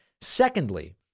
Secondly